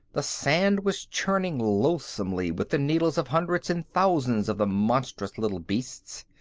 the sand was churning loathsomely with the needles of hundreds and thousands of the monstrous little beasts.